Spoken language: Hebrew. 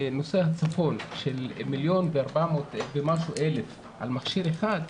בצפון 1,400,000 אנשים על מכשיר אחד,